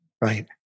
Right